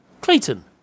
Clayton